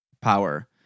power